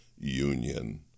Union